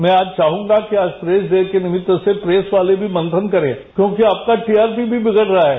मैं आज चाहूंगा कि आज प्रेस डे के अवसर पर प्रेस वाले भी मंथन करे क्यों कि आपका टीआरपी भी बिगड रहा है